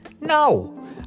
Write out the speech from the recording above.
No